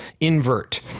invert